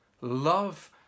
Love